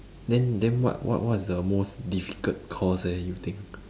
then then what what what's the most difficult course eh you think